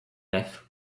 left